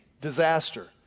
disaster